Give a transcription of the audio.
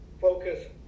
focus